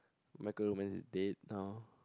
my chemical romance is dead now